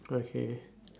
okay